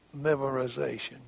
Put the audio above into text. memorization